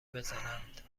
بزنند